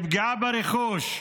לפגיעה ברכוש,